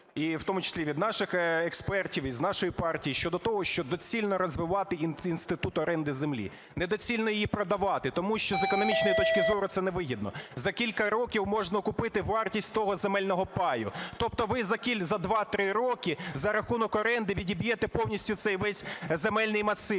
і в тому числі від наших експертів із нашої партії щодо того, що доцільно розвивати інститут оренди землі. Недоцільно її продавати. Тому що з економічної точки зору це невигідно. За кілька років можна купити вартість того земельного паю. Тобто ви за 2-3 роки за рахунок оренди відіб'єте повністю цей весь земельний масив.